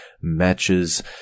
matches